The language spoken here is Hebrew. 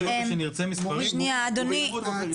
לענות.